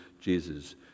Jesus